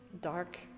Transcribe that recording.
dark